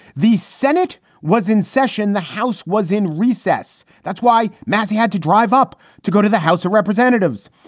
the senate was in session. the house was in recess. that's why nancy had to drive up to go to the house of representatives.